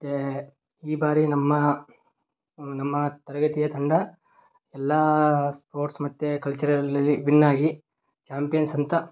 ಮತ್ತೆ ಈ ಬಾರಿ ನಮ್ಮ ನಮ್ಮ ತರಗತಿಯ ತಂಡ ಎಲ್ಲ ಸ್ಪೋರ್ಟ್ಸ್ ಮತ್ತು ಕಲ್ಚರಲ್ಲಿ ವಿನ್ನಾಗಿ ಚಾಂಪಿಯನ್ಸ್ ಅಂತ